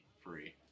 free